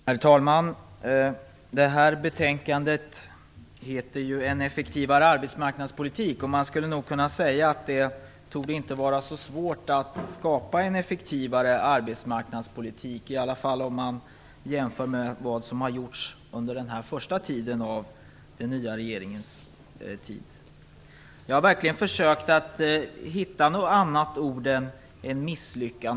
Herr talman! Detta betänkande heter ju En effektivare arbetsmarknadspolitik. Man kan nog säga att det inte torde vara så svårt att skapa en effektivare arbetsmarknadspolitik, i alla fall inte om man ser till vad som har gjorts under den nya regeringens första tid. Jag har verkligen försökt att hitta något annat ord än misslyckande.